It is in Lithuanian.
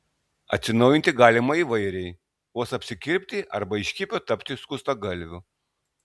atsinaujinti galima įvairiai vos apsikirpti arba iš hipio tapti skustagalviu